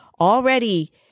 already